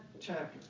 chapter